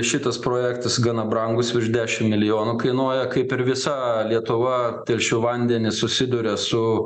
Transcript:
šitas projektas gana brangus virš dešim milijonų kainuoja kaip ir visa lietuva telšių vandenys susiduria su